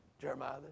Jeremiah